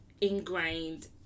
ingrained